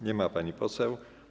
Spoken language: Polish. Nie ma pani poseł.